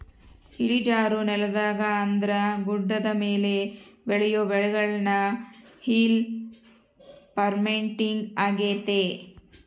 ಇಳಿಜಾರು ನೆಲದಾಗ ಅಂದ್ರ ಗುಡ್ಡದ ಮೇಲೆ ಬೆಳಿಯೊ ಬೆಳೆಗುಳ್ನ ಹಿಲ್ ಪಾರ್ಮಿಂಗ್ ಆಗ್ಯತೆ